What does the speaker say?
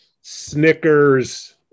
Snickers